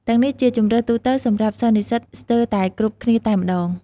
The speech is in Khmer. ទាំងនេះជាជម្រើសទូទៅសម្រាប់សិស្សនិស្សិតស្ទើរតែគ្រប់គ្នាតែម្តង។